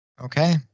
Okay